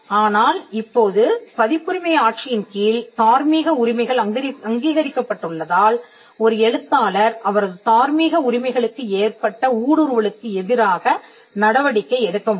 ஆனால் இப்போது பதிப்புரிமை ஆட்சியின்கீழ் தார்மீக உரிமைகள் அங்கீகரிக்கப்பட்டுள்ளதால் ஒரு எழுத்தாளர் அவரது தார்மீக உரிமைகளுக்கு ஏற்பட்ட ஊடுருவலுக்கு எதிராக நடவடிக்கை எடுக்க முடியும்